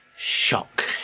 Shock